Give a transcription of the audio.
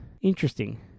Interesting